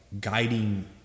guiding